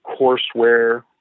courseware